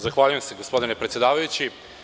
Zahvaljujem se, gospodine predsedavajući.